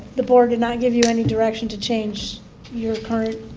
the board cannot give you any direction to change your current